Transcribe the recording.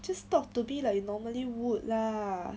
just talk to me like you normally would lah